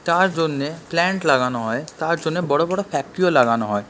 তার জন্য প্ল্যান্ট লাগানো হয় তার জন্য বড় বড় ফ্যাক্টরিও লাগানো হয়